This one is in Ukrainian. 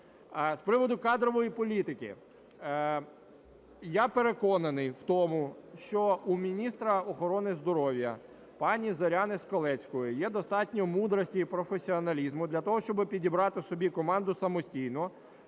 З приводу кадрової політики. Я переконаний в тому, що у міністра охорони здоров'я пані Зоряни Скалецької є достатньо мудрості і професіоналізму для того, щоби підібрати собі команду самостійно,